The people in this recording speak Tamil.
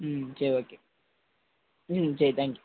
ம் சரி ஓகே ம் சரி தேங்க்யூ